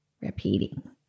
repeating